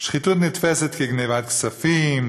שחיתות נתפסת כגנבת כספים,